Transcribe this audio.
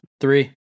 Three